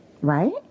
right